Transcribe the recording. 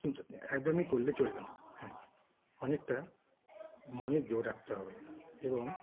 চিন্তা একদমই করলে চলবে না হ্যাঁ অনেকটা মনে জোর রাখতে হবে এবং